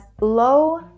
low